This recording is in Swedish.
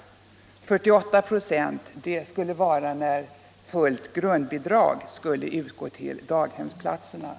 48 ”, blir det när fullt grundbelopp 1979 utgår till familjedaghemmen.